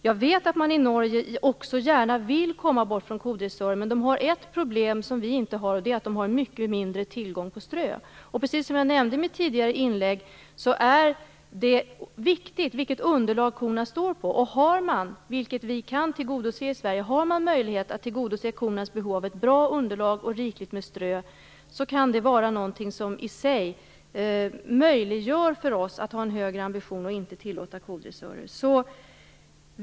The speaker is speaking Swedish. Jag vet att man i Norge gärna vill komma bort från kodressörer, men man har där ett problem som vi inte har, nämligen att man har mycket mindre mindre tillgång till strö. Som jag nämnde i mitt tidigare inlägg är det viktigt vilket underlag korna står på, och kan man - som vi i Sverige - tillgodose kornas behov av ett bra underlag och rikligt med strö, kan det möjliggöra för oss att ha en högre ambition och att inte tillåta kodressörer.